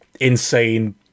insane